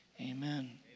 amen